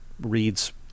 reads